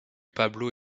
pablo